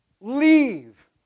leave